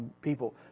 people